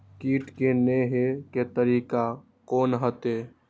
कीट के ने हे के तरीका कोन होते?